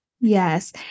Yes